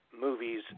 movies